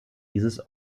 dieses